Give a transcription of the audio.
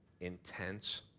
intense